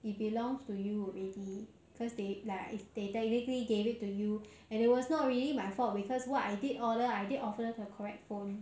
it belongs to you already cause they like they technically gave it to you and it was not really my fault because what I did order I did order the correct phone